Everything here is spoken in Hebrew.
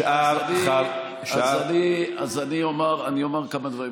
אז אני אומר כמה דברים,